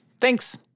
Thanks